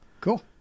Cool